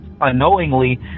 unknowingly